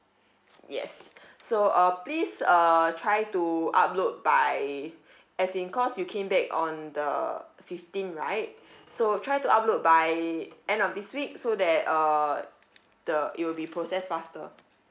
yes so uh please uh try to upload by as in cause you came back on the fifteen right so try to upload by end of this week so that uh the it'll be processed faster